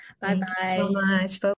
Bye-bye